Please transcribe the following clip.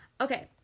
Okay